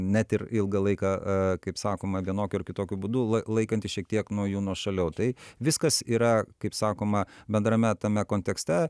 net ir ilgą laiką e kaip sakoma vienokiu ar kitokiu būdu lai laikantis šiek tiek nuo jų nuošaliau tai viskas yra kaip sakoma bendrame tame kontekste